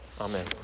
amen